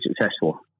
successful